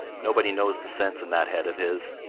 nobody knows the sense in that head of his.